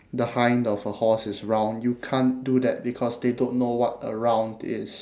the hind of a horse is round you can't do that because they don't know what a round is